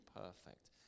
perfect